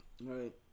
Right